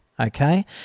Okay